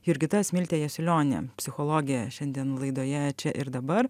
jurgita smiltė jasiulionė psichologė šiandien laidoje čia ir dabar